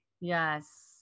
yes